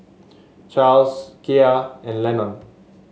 Charles Kiya and Lennon